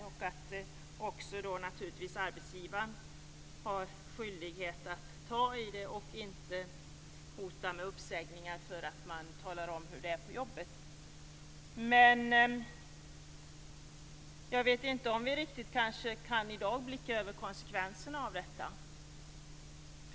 Arbetsgivaren skall också ha skyldighet att ta tag i förhållandena och får inte hota med uppsägning för att man talar om hur det är på jobbet. Jag vet inte om vi i dag riktigt kan överblicka konsekvenserna av detta.